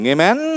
Amen